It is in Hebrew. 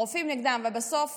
הרופאים נגדם, ובסוף